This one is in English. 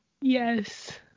Yes